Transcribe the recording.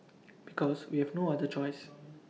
because we have no other choice